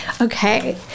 Okay